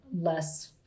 less